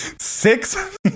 six